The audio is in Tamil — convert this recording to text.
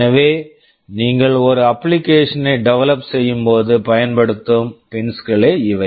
எனவே நீங்கள் ஒரு அப்ளிகேஷன் application ஐ டெவெலப் develop செய்யும் போது பயன்படுத்தும் பின்ஸ் pins களே இவை